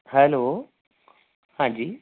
hello ਹਾਂਜੀ